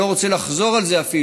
ואני לא רוצה לחזור על זה אפילו,